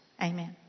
Amen